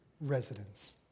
residents